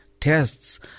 tests